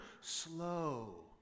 slow